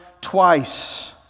twice